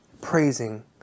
Praising